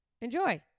Enjoy